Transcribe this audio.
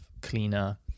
cleaner